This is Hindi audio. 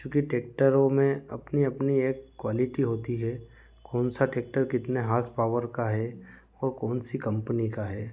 चूँकि ट्रैक्टरों में अपनी अपनी एक क्वालिटी होती है कौन सा ट्रैक्टर कितने हार्स पॉवर का है और कौन सी कम्पनी का है